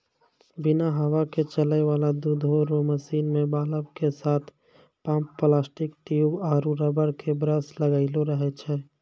बिना हवा के चलै वाला दुधो रो मशीन मे वाल्व के साथ पम्प प्लास्टिक ट्यूब आरु रबर के ब्रस लगलो रहै छै